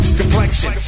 complexion